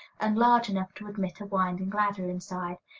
and large enough to admit a winding ladder inside.